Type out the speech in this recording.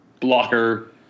blocker